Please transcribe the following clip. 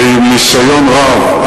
ועם ניסיון רב,